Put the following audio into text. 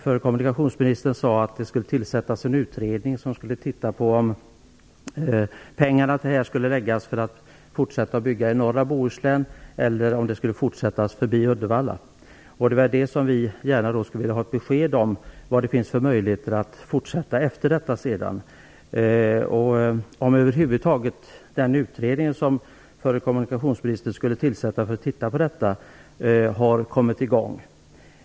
Förre kommunikationsministern sade att det skulle tillsättas en utredning för att se över om pengarna skulle läggas på att fortsätta bygga i norra Bohuslän eller på att fortsätta bygga förbi Uddevalla. Det är det vi gärna skulle vilja ha besked om. Vad finns det för möjligheter att fortsätta bygga sedan? Har den utredning som förre kommunikationsministern skulle tillsätta över huvud taget kommit i gång?